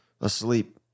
asleep